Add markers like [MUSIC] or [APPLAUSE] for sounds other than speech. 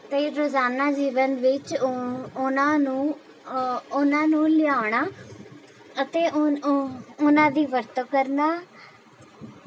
ਅਤੇ ਰੋਜ਼ਾਨਾ ਜੀਵਨ ਵਿੱਚ ਉਨ੍ਹਾਂ ਨੂੰ ਉਨ੍ਹਾਂ ਨੂੰ ਲਿਆਉਣਾ ਅਤੇ ਉਨ੍ਹਾਂ [UNINTELLIGIBLE] ਉਨ੍ਹਾਂ ਦੀ ਵਰਤੋਂ ਕਰਨਾ